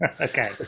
Okay